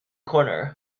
corner